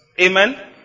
Amen